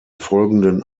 folgenden